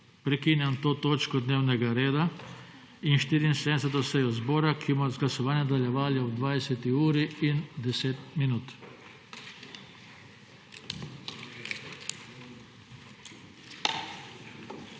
Prekinjam to točko dnevnega reda in 74. izredno sejo zbora, ki jo bomo z glasovanjem nadaljevali ob 20. uri in 10 minut.